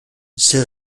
ces